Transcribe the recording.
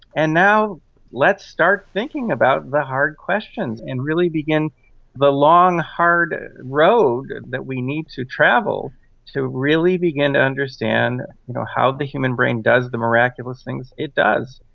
and now let's start thinking about the hard questions and really begin the long, hard road that we need to travel to really begin to understand you know how the human brain does the miraculous things it does.